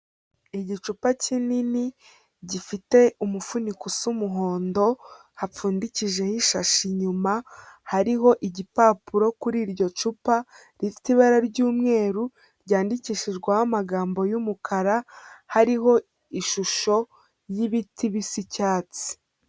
Igicupa kinini gifite umufuniko usa umuhondo, hapfundikijeho ishashi inyuma, hariho igipapuro kuri iryo cupa, rifite ibara ry'umweru, ryandikishijweho amagambo y'umukara, hariho ishusho y'ibiti bisa icyatsi.